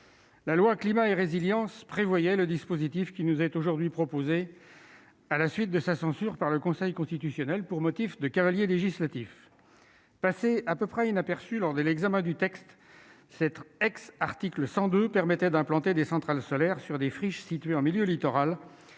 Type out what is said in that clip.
la loi Climat et résilience prévoyait le dispositif qui nous est aujourd'hui proposé, mais il a été censuré par le Conseil constitutionnel en tant que cavalier législatif. Passé à peu près inaperçu lors de l'examen du texte, cet ex-article 102 visait à permettre l'implantation de centrales solaires sur des friches situées en milieu littoral,